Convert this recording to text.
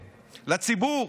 לציבור.